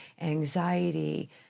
anxiety